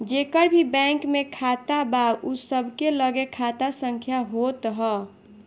जेकर भी बैंक में खाता बा उ सबके लगे खाता संख्या होत हअ